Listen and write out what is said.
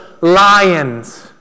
lions